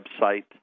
website